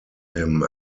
him